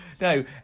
No